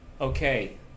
Okay